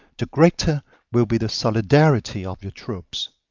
the greater will be the solidarity of your troops,